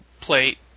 plate